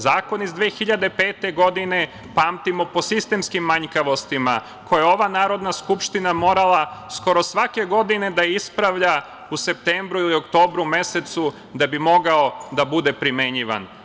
Zakon iz 2005. godine pamtimo po sistemskim manjkavostima koje je ova Narodna skupština morala skoro svake godine da ispravlja u septembru i oktobru mesecu, da bi mogao da bude primenjivan.